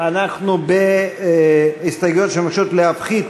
אנחנו בהסתייגויות שמבקשות להפחית